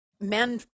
men